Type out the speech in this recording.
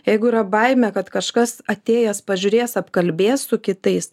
jeigu yra baimė kad kažkas atėjęs pažiūrės apkalbės su kitais